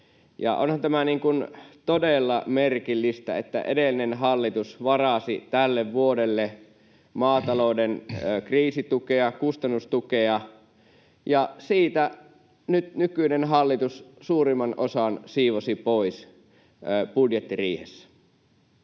Onhan tämä todella merkillistä, että edellinen hallitus varasi tälle vuodelle maatalouden kriisitukea, kustannustukea, ja siitä nyt nykyinen hallitus suurimman osan siivosi pois budjettiriihessä.